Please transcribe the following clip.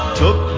took